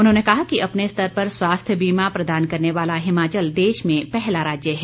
उन्होंने कहा कि अपने स्तर पर स्वास्थ्य बीमा प्रदान करने वाला हिमाचल प्रदेश देश में पहला राज्य हैं